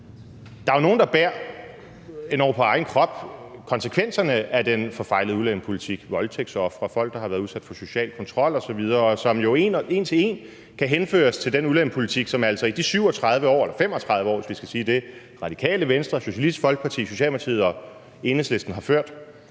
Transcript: Der er jo nogle, der bærer, endog på egen krop, konsekvenserne af den forfejlede udlændingepolitik: voldtægtsofre, folk, der har været udsat for social kontrol osv. – hvilket jo en til en kan henføres til den udlændingepolitik, som altså i de 37 år eller 35 år, hvis vi skal sige det, er blevet ført af Radikale Venstre, Socialistisk Folkeparti, Socialdemokratiet og Enhedslisten. Det